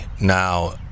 now